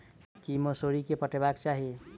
की मौसरी केँ पटेबाक चाहि?